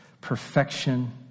perfection